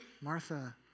Martha